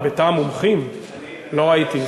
אתה בתא המומחים, לא ראיתי.